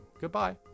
Goodbye